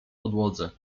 podłodze